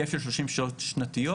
בהיקף של 30 שעות שנתיות.